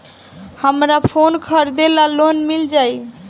हमरा फोन खरीदे ला लोन मिल जायी?